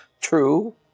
true